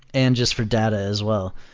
and just for data as well.